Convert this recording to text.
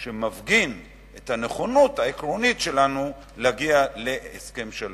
של הפגנת הנכונות העקרונית להגיע להסכם שלום.